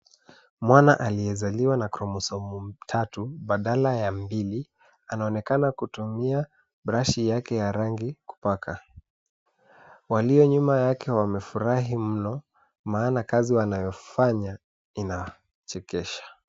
Mwana aliyezaliwa na kromosomu tatu badala ya mbili anaonekana kutumia brashi yake ya rangi kupaka. Walio nyuma yake wamefurahi mno maana kazi wanayofanya inachekesha.